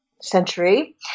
century